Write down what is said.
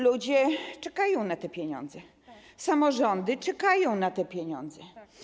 Ludzie czekają na te pieniądze, samorządy czekają na te pieniądze.